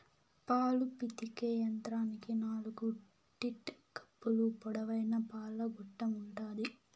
పాలు పితికే యంత్రానికి నాలుకు టీట్ కప్పులు, పొడవైన పాల గొట్టం ఉంటాది